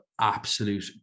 absolute